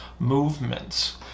movements